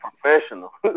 professional